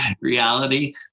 reality